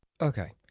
Okay